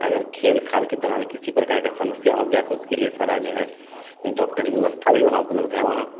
अगर खेल खाल के दौरान किसी प्रकार की समस्या हो गई तो उसके लिए सारा जो है डॉक्टरी व्यवस्था भी वहाँ उपलब्ध है वहाँ